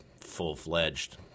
full-fledged